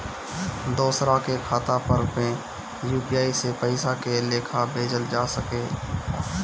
दोसरा के खाता पर में यू.पी.आई से पइसा के लेखाँ भेजल जा सके ला?